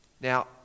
Now